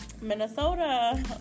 Minnesota